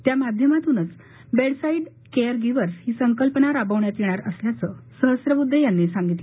त्या माध्यमातूनच bedside care givers ही संकल्पना राबवण्यात येणार असल्याचं सहस्त्रबुद्धे यांनी सांगितलं